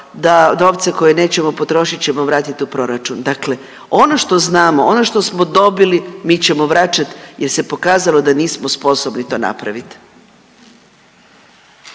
da novce koje nećemo potrošiti ćemo vratiti u proračun. Dakle ono što znamo, ono što smo dobili, mi ćemo vraćati jer se pokazali da nismo sposobni to napraviti.